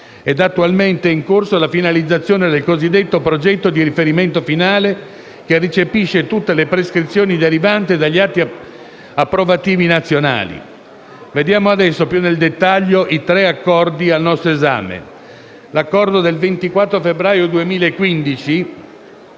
ed attualmente è in corso la finalizzazione del cosiddetto progetto di riferimento finale, che recepisce tutte le prescrizioni derivanti dagli atti approvativi nazionali. Vediamo adesso più nel dettaglio i tre accordi al nostro esame. L'Accordo del 24 febbraio 2015